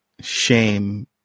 shame